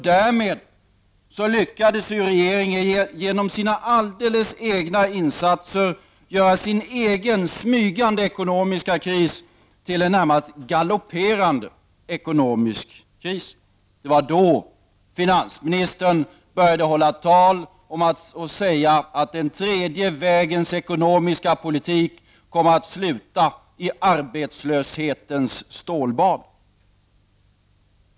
Därmed lyckades regeringen genom sina alldeles egna insatser göra sin egen smygande ekonomiska kris till en i det närmaste galopperande ekonomisk kris. Det var då finansministern började hålla tal om att den tredje vägens ekonomiska politik kommer att sluta i arbetslöshetens stålbad.